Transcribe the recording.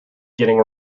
getting